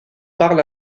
parle